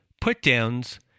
put-downs